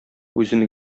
үзен